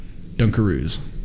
Dunkaroos